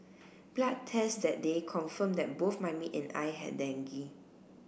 blood test that day confirmed that both my maid and I had dengue